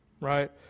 right